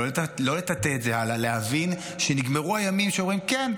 לא לטאטא את זה אלא להבין שנגמרו הימים שאומרים: כן,